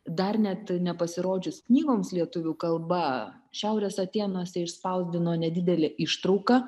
dar net nepasirodžius knygoms lietuvių kalba šiaurės atėnuose išspausdino nedidelę ištrauką